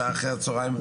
שעה אחרי הצוהריים,